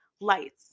Lights